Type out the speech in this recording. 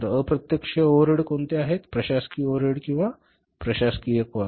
तर अप्रत्यक्ष ओव्हरहेड्स कोणते आहेत प्रशासकीय ओव्हरहेड किंवा प्रशासकीय काॅस्ट